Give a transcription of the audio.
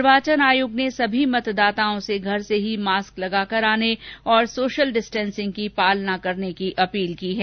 निर्वाचन आयोग ने सभी मतदाताओं से घर से ही मास्क लगाकर आने सोशल डिस्टेंसिंग का पालन करने की अपील की है